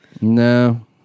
No